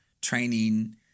training